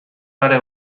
pare